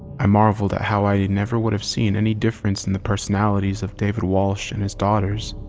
i marveled at how i never would've seen any difference in the personalities of david welsh and his daughters